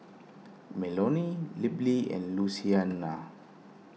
Melonie Libby and Lucina